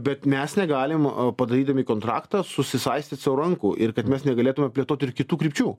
bet mes negalim a padarydami kontraktą susisaistyt sau rankų ir kad mes negalėtume plėtoti ir kitų krypčių